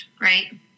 right